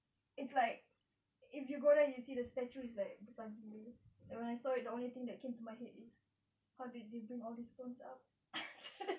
it's like if you there you see the statue is like besar gila so the only thing that came to my head is how did they bring all these stones up